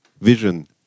vision